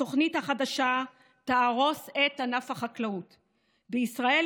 התוכנית החדשה תהרוס את ענף החקלאות בישראל,